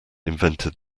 invented